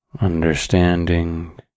understanding